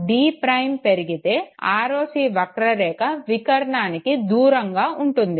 Dʹ పెరిగితే ROC వక్రరేఖ వికర్ణానికి దూరంగా ఉంటుంది